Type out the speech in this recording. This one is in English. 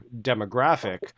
demographic